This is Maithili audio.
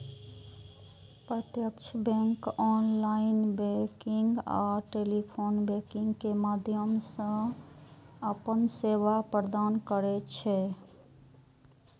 प्रत्यक्ष बैंक ऑनलाइन बैंकिंग आ टेलीफोन बैंकिंग के माध्यम सं अपन सेवा प्रदान करै छै